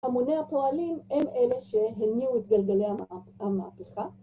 המוני הפועלים הם אלה שהניעו את גלגלי המהפכה